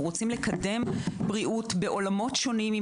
אנחנו רוצים לקדם בריאות בעולמות שונים עם